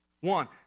One